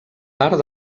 part